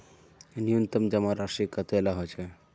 न्यूनतम जमा राशि कतेला होचे?